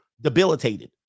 debilitated